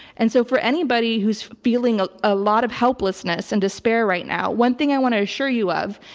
and so for anybody who's feeling a lot of helplessness and despair right now, one thing i want to assure you of,